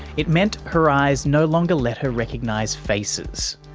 it meant her eyes no longer let her recognise faces,